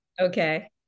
Okay